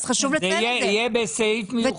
אז חשוב לציין את זה -- זה יהיה בסעיף מיוחד.